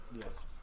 Yes